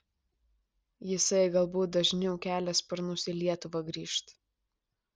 jisai galbūt dažniau kelia sparnus į lietuvą grįžt